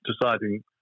deciding